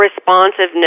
responsiveness